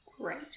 great